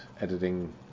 editing